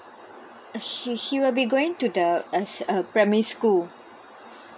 he he will be going to the as uh primary school